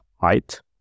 height